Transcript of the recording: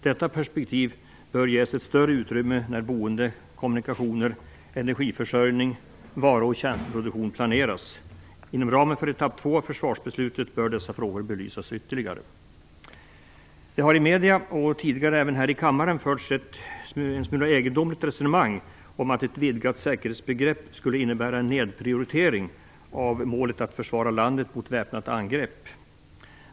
Detta perspektiv bör ges ett större utrymme när boende, kommunikationer, energiförsörjning samt varu och tjänsteproduktion planeras. Inom ramen för etapp 2 av försvarsbeslutet bör dessa frågor belysas ytterligare. Det har i medierna och tidigare även här i kammaren förts ett resonemang som är en smula egendomligt om att ett vidgat säkerhetsbegrepp skulle innebära en lägre prioritering av målet att försvara landet mot väpnat angrepp.